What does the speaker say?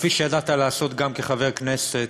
כפי שידעת לעשות גם כחבר כנסת,